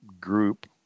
group